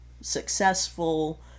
successful